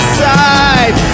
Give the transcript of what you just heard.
side